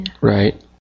Right